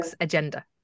agenda